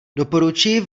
doporučuji